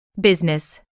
business